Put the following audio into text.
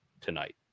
tonight